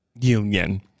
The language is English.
union